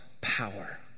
power